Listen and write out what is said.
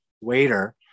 waiter